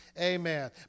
Amen